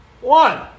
One